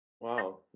wow